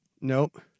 Nope